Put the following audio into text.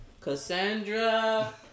Cassandra